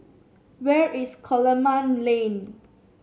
where is Coleman Lane